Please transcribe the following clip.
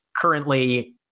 currently